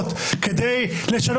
מי שיצר